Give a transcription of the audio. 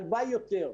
הלוואי היו יותר.